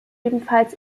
ebenfalls